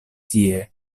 tie